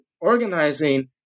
organizing